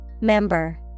Member